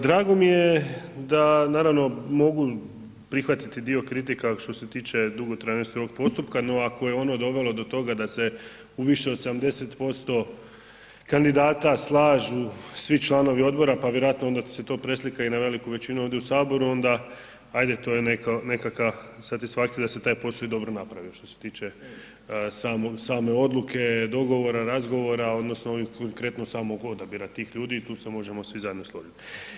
Drago mi je da naravno mogu prihvatiti dio kritika što se tiče dugotrajnosti ovog postupka no ako je ono dovelo do toga da se u više od 70% kandidata slažu svi članovi odbora pa vjerojatno pa vjerojatno onda se to preslika i na veliku većinu ovdje u Saboru onda ajde to je nekakva satisfakcija da se taj posao i dobro napravi što se tiče same odluke, dogovora, razgovora odnosno ovim konkretno samog odabira tih ljudi i tu se možemo svi zajedno složiti.